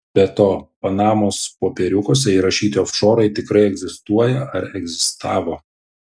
be to panamos popieriukuose įrašyti ofšorai tikrai egzistuoja ar egzistavo